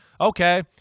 okay